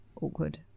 awkward